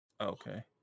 Okay